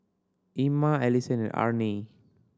Ima Allison and Arnie